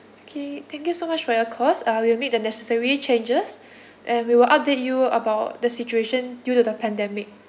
okay thank you so much for your calls uh we'll make the necessary changes and we will update you about the situation due to the pandemic